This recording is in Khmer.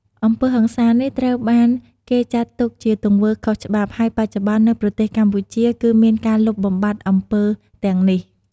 អំពើហិង្សានេះត្រូវបានគេចាត់ទុកជាទង្វើខុសច្បាប់ ហើយបច្ចុប្បន្ននៅប្រទេសកម្ពុជាគឺមានការលុបបំបាត់អំពើទាំងនេះ។